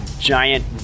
giant